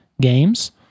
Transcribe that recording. games